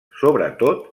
sobretot